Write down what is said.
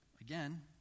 again